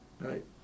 right